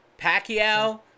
Pacquiao